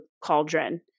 cauldron